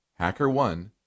HackerOne